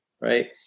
right